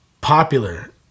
popular